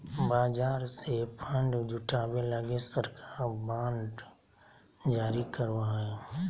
बाजार से फण्ड जुटावे लगी सरकार बांड जारी करो हय